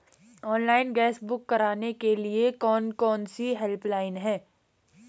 Online gas book करने के लिए कौन कौनसी हेल्पलाइन हैं?